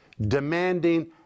demanding